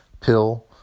pill